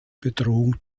bedrohung